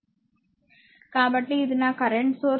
కాబట్టి ఇది నా కరెంట్ సోర్స్ I 16 ఆంపియర్